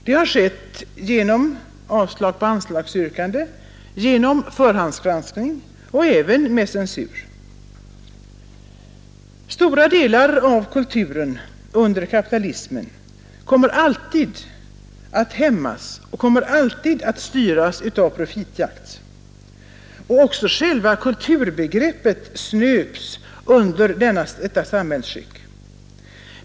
Det har skett genom avslag på anslagsyrkanden, genom förhandsgranskningar och även med censur. Stora delar av kulturen under kapitalismen kommer alltid att hämmas och kommer alltid att styras av profitjakt. Också själva kulturbegreppet snöps under detta samhällsskick.